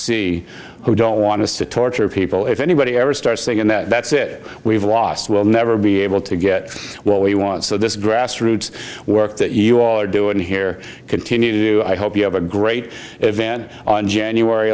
c who don't want to torture people if anybody ever starts thinking that that's it we've lost we'll never be able to get what we want so this grassroots work that you all are doing here continue i hope you have a great event on january